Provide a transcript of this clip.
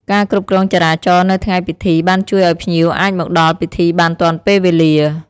ការគ្រប់គ្រងចរាចរណ៍នៅថ្ងៃពិធីបានជួយឱ្យភ្ញៀវអាចមកដល់ពិធីបានទាន់ពេលវេលា។